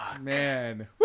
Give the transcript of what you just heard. Man